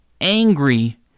angry